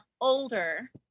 older